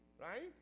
right